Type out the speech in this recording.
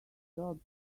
jobs